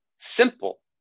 Simple